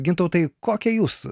gintautai kokią jūs